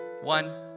One